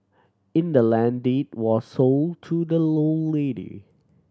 in the land deed was sold to the lone lady